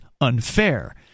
unfair